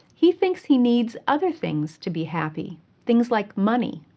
he thinks he needs other things to be happy things like money,